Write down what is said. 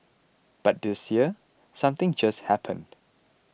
but this year something just happened